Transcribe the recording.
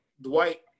Dwight